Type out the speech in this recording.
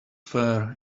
fair